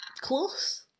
close